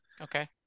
Okay